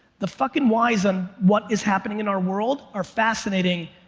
the fucking whys and what is happening in our world are fascinating.